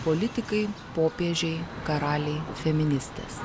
politikai popiežiai karaliai feministės